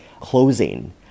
closing